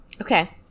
Okay